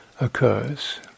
occurs